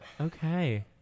Okay